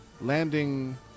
landing